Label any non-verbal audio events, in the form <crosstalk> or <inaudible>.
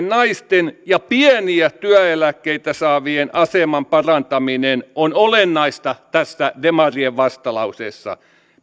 <unintelligible> naisten ja pieniä työeläkkeitä saavien aseman parantaminen on olennaista tässä demarien vastalauseessa